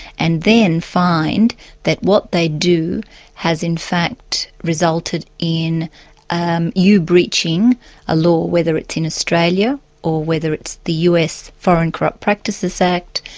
and then find that what they do has in fact resulted in um you breaching a law, whether it's in australia or whether it's the us foreign corrupt practices act,